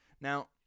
Now